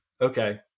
okay